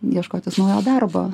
ieškotis naujo darbo